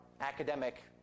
academic